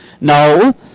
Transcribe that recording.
No